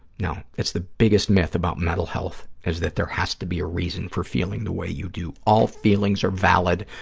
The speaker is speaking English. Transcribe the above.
no. it's the biggest myth about mental health, is that there has to be a reason for feeling the way you do. all feelings are valid.